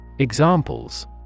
Examples